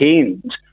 end